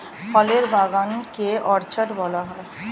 ফলের বাগান কে অর্চার্ড বলা হয়